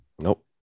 Nope